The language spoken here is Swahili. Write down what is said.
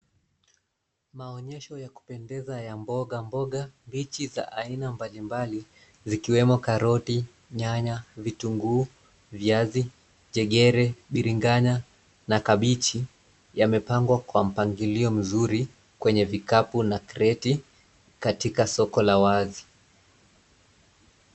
Maonyesho ya kupendeza ya mboga mboga mbichi za aina mbalimbali zikiwemo karoti, nyanya, vitunguu, viazi, jegere, biringanya na kabichi yamepangwa kwa mpangilio mzuri kwenye vikapu na kreti katika soko la wazi.